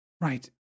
right